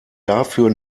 dafür